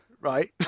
right